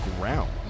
ground